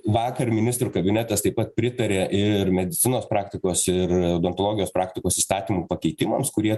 vakar ministrų kabinetas taip pat pritarė ir medicinos praktikos ir odontologijos praktikos įstatymo pakeitimams kurie